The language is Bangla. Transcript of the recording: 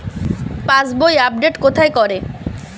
পাসবই আপডেট কোথায় করে?